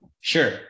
Sure